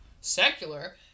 secular